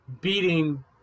beating